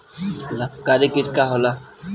लाभकारी कीट का होला?